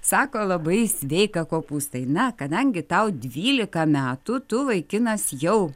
sako labai sveika kopūstai na kadangi tau dvylika metų tu vaikinas jau